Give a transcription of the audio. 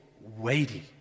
weighty